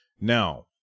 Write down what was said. Now